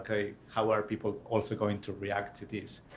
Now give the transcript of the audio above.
kind of how are people also going to react to this?